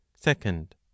Second